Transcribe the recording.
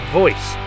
voice